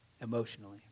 emotionally